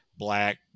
black